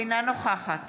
אינה נוכחת